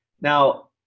Now